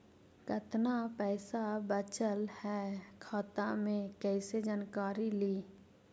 कतना पैसा बचल है खाता मे कैसे जानकारी ली?